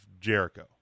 Jericho